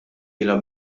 ilha